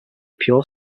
pure